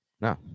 No